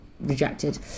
rejected